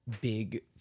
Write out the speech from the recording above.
big